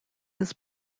his